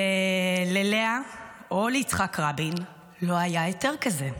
ללאה או ליצחק רבין לא היה היתר כזה.